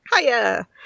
Hiya